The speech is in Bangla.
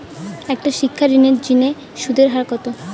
একটা শিক্ষা ঋণের জিনে সুদের হার কত?